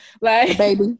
Baby